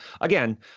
Again